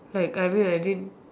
like I mean I didn't